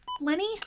Lenny